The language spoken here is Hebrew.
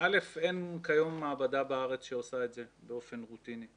אין כיום מעבדה בארץ שעושה את זה באופן רוטיני.